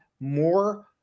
more